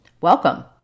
Welcome